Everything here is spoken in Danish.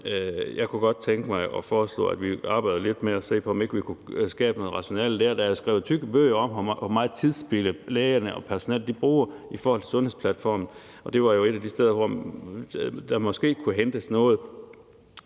jeg kunne godt tænke mig at foreslå, at vi arbejdede lidt med at se på, om ikke vi kunne skabe noget rationalisering der. Der er skrevet tykke bøger om, hvor meget tidsspilde der er i forbindelse med lægerne og personalets brug af Sundhedsplatformen, så det er jo et af de steder, hvor der måske kunne hentes noget.